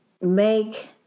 make